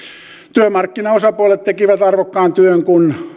työmarkkinaosapuolet tekivät arvokkaan työn kun